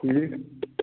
ٹھیٖک